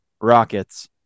Rockets